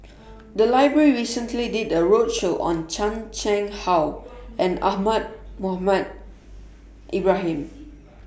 The Library recently did A roadshow on Chan Chang How and Ahmad Mohamed Ibrahim